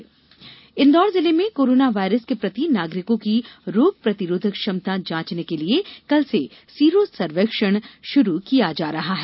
इं दौर सीरो सर्वेक्षण इंदौर जिले में कोरोना वायरस के प्रति नागरिकों की रोग प्रतिरोधक क्षमता जांचने के लिए कल से सीरो सर्वेक्षण ष्रू किया जा रहा है